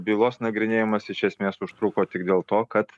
bylos nagrinėjimas iš esmės užtruko tik dėl to kad